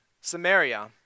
Samaria